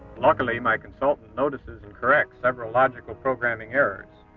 luckily, my consultant notices and corrects several logical programming errors.